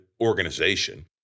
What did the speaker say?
organization